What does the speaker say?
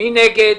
מי נגד?